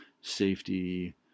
safety